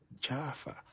Jaffa